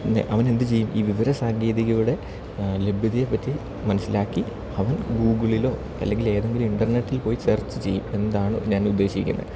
അവൻ എന്ത് ചെയ്യും ഈ വിവര സാങ്കേതികയുടെ ലഭ്യതയെ പറ്റി മനസ്സിലാക്കി അവൻ ഗൂഗിളിലോ അല്ലെങ്കിൽ ഏതെങ്കിലും ഇൻ്റർനെറ്റിൽ പോയി സെർച്ച് ചെയ്യും എന്താണ് ഞാൻ ഉദ്ദേശിക്കുന്നത്